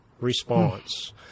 response